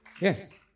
Yes